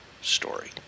story